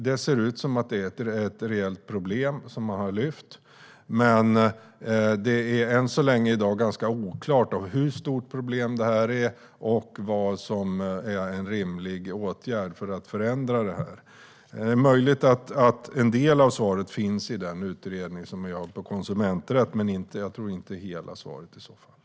Det ser ut som att det är ett reellt problem som har lyfts, men än så länge är det i dag ganska oklart hur stort problemet är och vad som är en rimlig åtgärd för att förändra situationen. Det är möjligt att en del av svaret finns i utredningen om konsumenträtt, men i så fall tror jag inte att det är hela svaret.